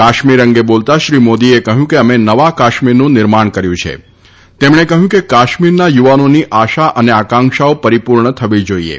કાશ્મીર અંગે બોલતા શ્રી મોદીએ કહ્યું કે અમે નવા કાશ્મીરનું નિર્માણ કર્યું છે તેમણે કહ્યું કે કાશ્મીરના યુવાનોની આશા અને આકાંક્ષાઓ પરીપૂર્ણ થવી જાઇએ